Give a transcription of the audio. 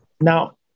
Now